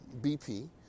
BP